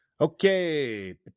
Okay